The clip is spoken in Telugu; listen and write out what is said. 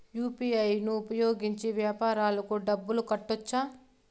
యు.పి.ఐ ను ఉపయోగించి వ్యాపారాలకు డబ్బులు కట్టొచ్చా?